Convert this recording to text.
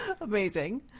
Amazing